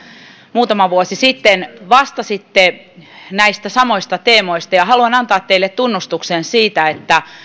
muutama vuosi sitten vastasitte näistä samoista teemoista ja haluan antaa teille tunnustuksen siitä että